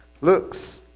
looks